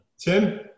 Tim